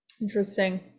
Interesting